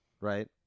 right